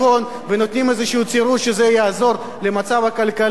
ונותנים איזה תירוץ שזה יעזור למצב הכלכלי.